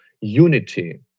unity